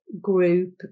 group